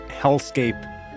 hellscape